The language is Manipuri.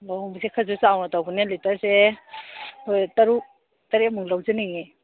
ꯂꯨꯍꯣꯡꯕꯁꯦ ꯈꯔꯁ ꯆꯥꯎꯅ ꯇꯧꯕꯅꯤꯅ ꯂꯤꯇ꯭ꯔꯁꯦ ꯇꯔꯨꯛ ꯇꯔꯦꯠ ꯃꯨꯛ ꯂꯧꯖꯅꯤꯡꯏ